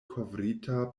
kovrita